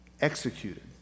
executed